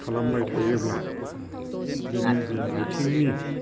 खालामबाय थायोब्ला बेनि जि आथिंनि